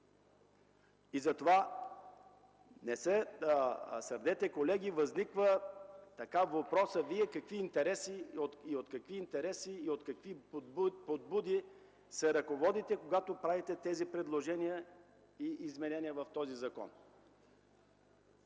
Затова не се сърдете, колеги, но възниква въпросът: Вие от какви интереси и от какви подбуди се ръководите, когато правите тези предложения за изменения на този закон.